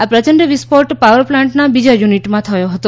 આ પ્રચંડ વિસ્ફોટ પાવર પ્લાન્ટનાં બીજા યુનિટમાં થયો હતો